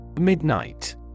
Midnight